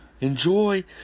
Enjoy